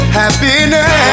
happiness